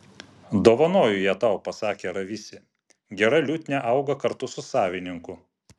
dovanoju ją tau pasakė ravisi gera liutnia auga kartu su savininku